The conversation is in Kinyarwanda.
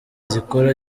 zikora